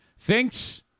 thinks